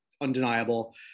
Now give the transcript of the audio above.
undeniable